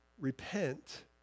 Repent